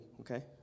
okay